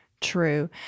true